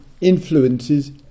influences